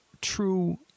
true